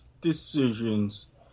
decisions